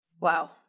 Wow